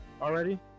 already